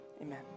Amen